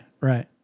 right